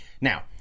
Now